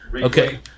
Okay